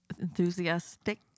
enthusiastic